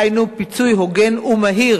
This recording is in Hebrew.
היינו פיצוי הוגן ומהיר,